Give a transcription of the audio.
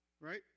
right